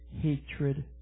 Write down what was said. hatred